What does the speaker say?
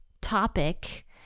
topic